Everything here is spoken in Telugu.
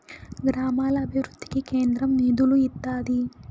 గ్రామాల అభివృద్ధికి కేంద్రం నిధులు ఇత్తాది